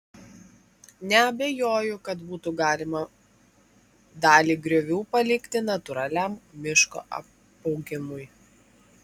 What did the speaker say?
neabejoju kad būtų galima dalį griovių palikti natūraliam miško apaugimui